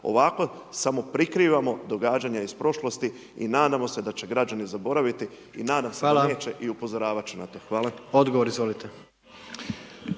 ovako samo prikrivamo događanja iz prošlosti i nadamo se da će građani zaboraviti i nadam se da neće …/Upadica: Hvala./… i upozoravat